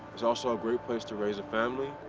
it's also a great place to raise a family,